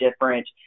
different